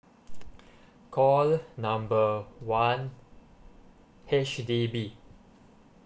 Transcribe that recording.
call number one H_D_B